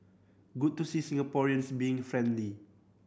good to see Singaporeans being friendly